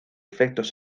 efectos